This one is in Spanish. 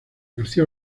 garcía